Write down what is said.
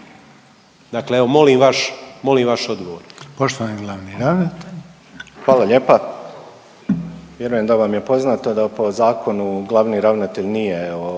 molim vaš, molim vaš odgovor.